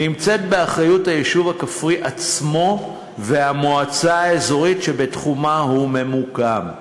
נמצאת באחריות היישוב הכפרי עצמו והמועצה האזורית שבתחומה הוא ממוקם.